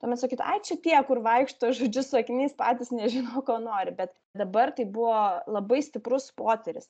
tuomet sakytų ai čia tie kur vaikšto žodžiu su akiniais patys nežino ko nori bet dabar tai buvo labai stiprus potyris